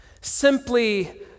simply